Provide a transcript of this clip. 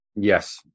Yes